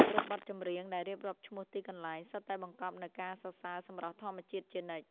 គ្រប់បទចម្រៀងដែលរៀបរាប់ឈ្មោះទីកន្លែង សុទ្ធតែបង្កប់នូវការសរសើរសម្រស់ធម្មជាតិជានិច្ច។